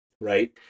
right